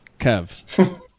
Kev